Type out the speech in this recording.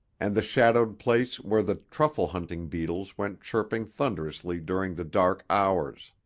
and the shadowed place where the truffle-hunting beetles went chirping thunderously during the dark hours.